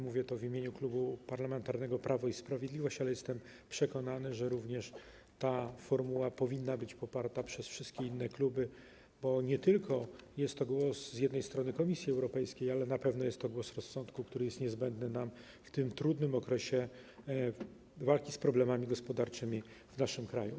Mówię to w imieniu Klubu Parlamentarnego Prawo i Sprawiedliwość, ale jestem przekonany, że również ta formuła powinna być poparta przez wszystkie inne kluby, bo nie tylko jest to głos z jednej strony Komisji Europejskiej, ale na pewno jest to głos rozsądku, który jest niezbędny nam w tym trudnym okresie walki z problemami gospodarczymi w naszym kraju.